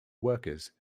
workers